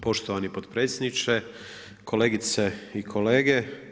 Poštovani potpredsjedniče, kolegice i kolege.